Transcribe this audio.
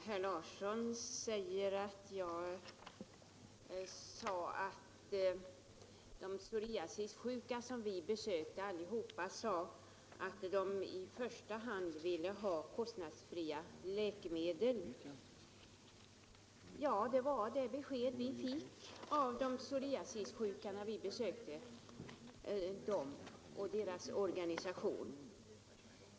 Herr talman! Herr Larsson i Vänersborg refererade ett uttalande att de psoriasissjuka som vi besökte alla sade att de i första hand ville ha kostnadsfria läkemedel. Ja, det var det besked vi fick av de psoriasissjuka när vi besökte deras organisation.